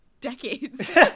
decades